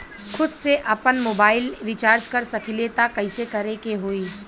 खुद से आपनमोबाइल रीचार्ज कर सकिले त कइसे करे के होई?